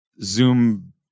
zoom